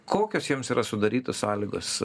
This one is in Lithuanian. kokios jiems yra sudarytos sąlygos